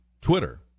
Twitter